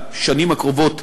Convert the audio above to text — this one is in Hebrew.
בשנים הקרובות,